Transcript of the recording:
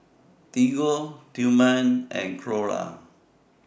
Diego Tillman and Clora